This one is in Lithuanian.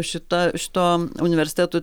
šita šituo universitetų